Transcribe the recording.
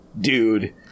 dude